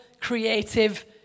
creative